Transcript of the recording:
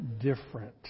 different